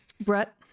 Brett